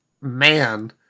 man